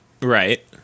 right